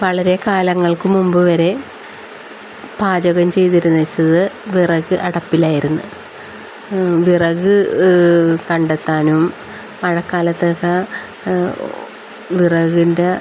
വളരെ കാലങ്ങൾക്ക് മുമ്പ് വരെ പാചകം ചെയ്തിരുന്നു വെച്ചത് വിറക് അടുപ്പിലായിരുന്നു വിറക് കണ്ടെത്താനും മഴക്കാലത്തൊക്കെ വിറകിൻ്റ